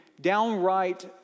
downright